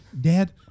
Dad